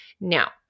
Now